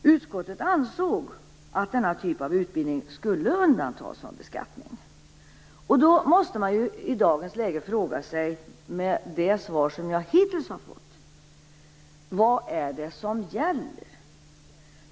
Utskottet ansåg att denna typ av utbildning skulle undantas från beskattning. Med det svar jag hittills har fått måste man då i dagens läge fråga sig: Vad är det som gäller?